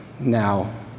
Now